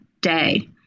day